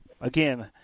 again